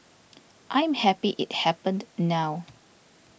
I am happy it happened now